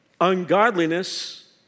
ungodliness